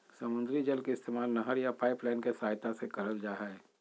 समुद्री जल के इस्तेमाल नहर या पाइपलाइन के सहायता से करल जा हय